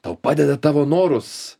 tau padeda tavo norus